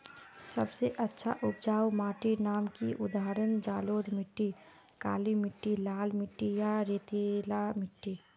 सबसे अच्छा उपजाऊ माटिर नाम की उदाहरण जलोढ़ मिट्टी, काली मिटटी, लाल मिटटी या रेतीला मिट्टी?